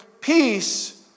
peace